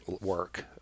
work